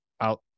out